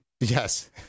yes